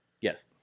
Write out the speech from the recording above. yes